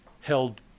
held